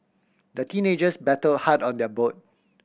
the teenagers paddled hard on their boat